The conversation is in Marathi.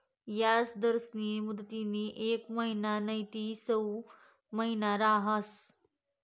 याजदरस्नी मुदतनी येक महिना नैते सऊ महिना रहास